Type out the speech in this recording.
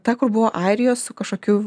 ta kur buvo airijos su kažkokiu